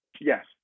Yes